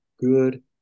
Good